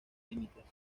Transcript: límites